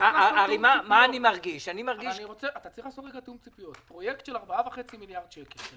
צריך לעשות תיאום ציפיות: פרויקט של 4.5 מיליארד שקל,